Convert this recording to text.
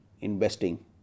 investing